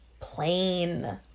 plain